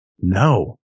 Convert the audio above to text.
No